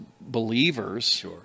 believers